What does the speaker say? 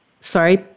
sorry